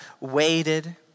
waited